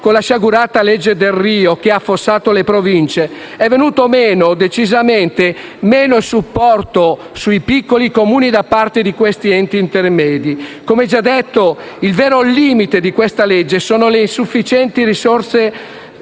con la sciagurata legge Delrio, che ha affossato le Province, è venuto decisamente meno il supporto per i piccoli Comuni di questi enti intermedi! Come già detto, il vero limite di questo provvedimento sono le insufficienti risorse